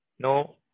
no